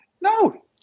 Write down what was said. No